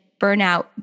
burnout